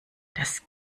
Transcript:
das